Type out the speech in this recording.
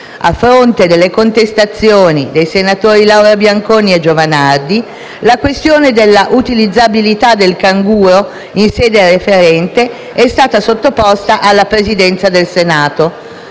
A fronte delle contestazioni dei senatori Laura Bianconi e Giovanardi, la questione dell'utilizzabilità del canguro in sede referente è stata sottoposta alla Presidenza del Senato,